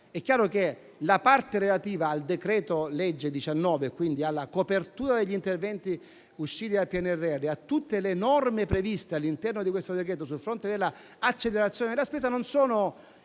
È chiaro che la parte relativa a tale decreto, quindi alla copertura degli interventi usciti dal PNRR e a tutte le norme previste all'interno di questo decreto sul fronte dell'accelerazione della spesa, non è